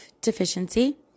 deficiency